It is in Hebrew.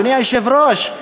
אדוני היושב-ראש,